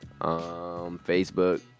Facebook